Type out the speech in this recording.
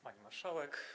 Pani Marszałek!